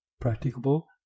practicable